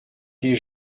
des